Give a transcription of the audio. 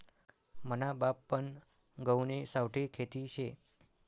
मना बापपन गहुनी सावठी खेती शे